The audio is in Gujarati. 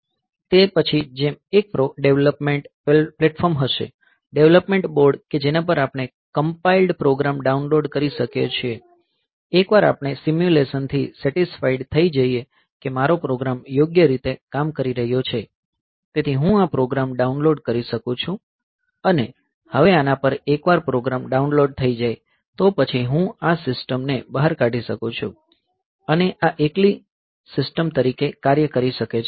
તે પછી એક ડેવલપમેન્ટ પ્લેટફોર્મ હશે ડેવલપમેન્ટ બોર્ડ કે જેના પર આપણે આ કંપાઇલ્ડ પ્રોગ્રામ ડાઉનલોડ કરી શકીએ છીએ એકવાર આપણે સિમ્યુલેશનથી સેટિસફાઇડ થઈ જઈએ કે મારો પ્રોગ્રામ યોગ્ય રીતે કામ કરી રહ્યો છે તેથી હું આ પ્રોગ્રામ ડાઉનલોડ કરી શકું છું અને હવે આના પર એકવાર પ્રોગ્રામ ડાઉનલોડ થઈ જાય તો પછી હું આ સિસ્ટમ ને બહાર કાઢી શકું છું અને આ એકલી સિસ્ટમ તરીકે કાર્ય કરી શકે છે